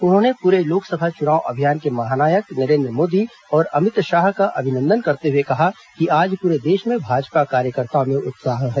उन्होंने पूरे लोकसभा चुनाव अभियान के महानायक नरेन्द्र मोदी और अमित शाह का अभिनंदन करते हुए कहा कि आज पूरे देश में भाजपा कार्यकर्ताओं में उत्साह है